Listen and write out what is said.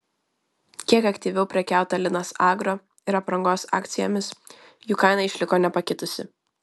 kiek aktyviau prekiauta linas agro ir aprangos akcijomis jų kaina išliko nepakitusi